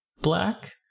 black